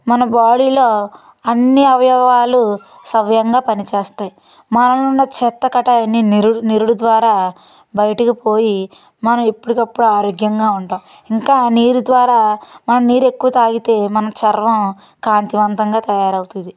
మన బాడీలో అన్నీ అవయవాలు సవ్యంగా పనిచేస్తాయి మనలో ఉన్న చెత్త కటా అవన్నీ నిరు నిరుడు ద్వారా బయటికిపోయి మనం ఎప్పటికప్పుడు ఆరోగ్యంగా ఉంటాం ఇంకా ఆ నీరు ద్వారా మనం నీరు ఎక్కువ తాగితే మన చర్మం కాంతివంతంగా తయారవుతుంది